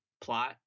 plot